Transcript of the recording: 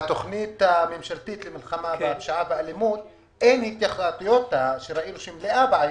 בתוכנית הממשלתית למלחמה בפשיעה ואלימות --- שראינו שהיא מלאה בעיות,